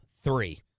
three